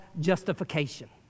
justification